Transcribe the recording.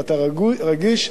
ואתה רגיש.